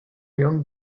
young